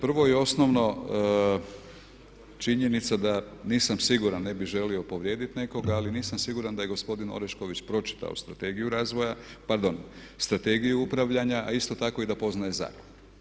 Prvo i osnovno činjenica da nisam siguran, ne bi želio povrijediti nekoga ali nisam siguran da je Orešković pročitao strategiju razvoja, pardon, strategiju upravljanja a isto tako da i poznaje zakon.